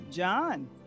John